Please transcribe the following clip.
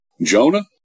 Jonah